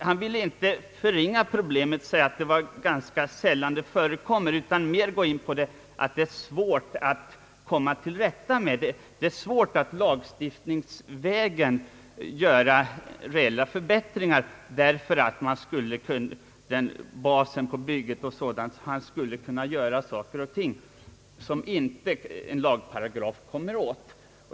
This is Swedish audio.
Han ville inte förringa problemen genom att säga att det är ganska sällan diskriminering förekommer, utan han ville mer gå in på den linjen att det är svårt att lagstiftningsvägen åstadkomma reella förbättringar, därför att basen på bygget m.fl. skulle kunna göra saker och ting som en lagparagraf inte kommer åt.